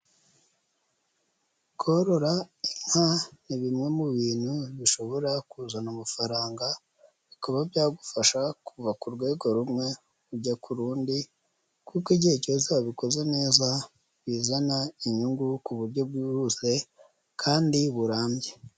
Korora inka ni bimwe mu bintu bishobora kuzana amafaranga, bikaba byagufasha kuva ku rwego rumwe ujya ku rundi, kuko igihe cyose wabikoze neza bizana inyungu ku buryo bwihuse kandi burambye.